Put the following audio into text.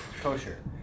kosher